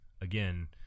again